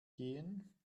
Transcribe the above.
gehen